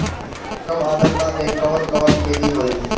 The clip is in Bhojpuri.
कम आद्रता में कवन कवन खेती होई?